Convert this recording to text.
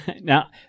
Now